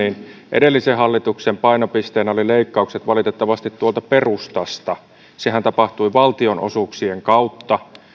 edellisen hallituksen painopisteenä olivat leikkaukset valitettavasti perustasta sehän tapahtui valtionosuuksien kautta